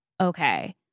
okay